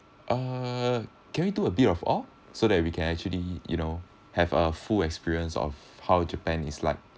uh can we do a bit of all so that we can actually you know have a full experience of how japan is like